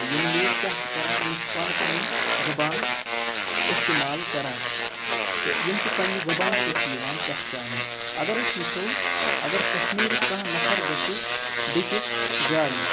تہٕ یِم لوٗکھ کیٛاہ چھِ کَران یِم چھِ پانہٕ پَنٕنۍ زَبان استعمال کَران تہٕ یِم چھِ پنٛنہِ زَبانہِ سۭتۍ تہِ یِوان پہچانٛنہٕ اَگر أسۍ وٕچھو اَگر کشمیٖرُک کانٛہہ نَفَر گژھِ بیٚکِس جایہِ